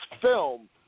film –